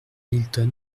hilton